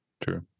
true